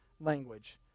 language